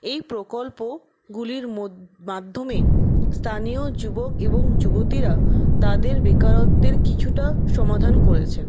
এই প্রকল্পগুলির মধ্যে মাধ্যমে স্থানীয় যুবক এবং যুবতীরা তাদের বেকারত্বের কিছুটা সমাধান করেছেন